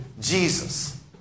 Jesus